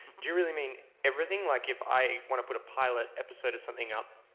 do you really mean everything, like if i want to put a pilot episode of something up,